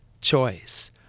choice